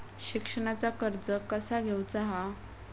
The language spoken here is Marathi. शिक्षणाचा कर्ज कसा घेऊचा हा?